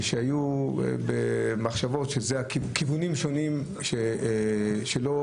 שהיו במחשבות, בכיוונים שונים שלא